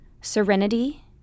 serenity